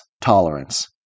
tolerance